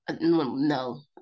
no